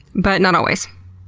but, not always.